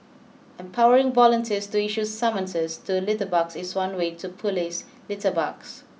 empowering volunteers to issue summonses to litterbugs is one way to police litterbugs